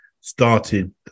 started